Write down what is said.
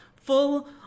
full